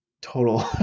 total